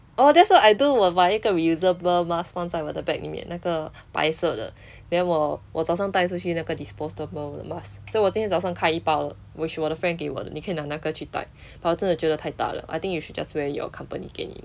oh that's what I do uh 我买一个 reusable mask 放在我的 bag 里面那个白色的 then 我我早上戴出去那个 disposable mask 所以我今天早上开一包 which 我的 friend 给我的你可以拿那个去戴 but but 我真的觉得太大了 I think you should just wear your accompany 给你的